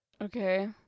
Okay